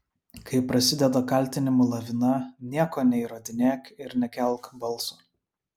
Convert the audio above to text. kai prasideda kaltinimų lavina nieko neįrodinėk ir nekelk balso